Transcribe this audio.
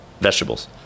vegetables